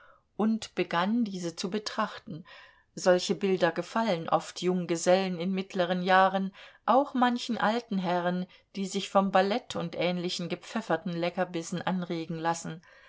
und begann diese zu betrachten solche bilder gefallen oft junggesellen in mittleren jahren auch manchen alten herren die sich vom ballett und ähnlichen gepfefferten leckerbissen anregen lassen